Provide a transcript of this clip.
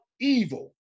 evil